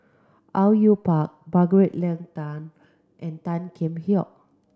Au Yue Pak Margaret Leng Tan and Tan Kheam Hock